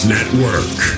Network